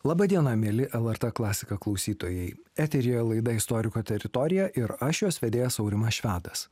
laba diena mieli lrt klasika klausytojai eteryje laida istoriko teritorija ir aš jos vedėjas aurimas švedas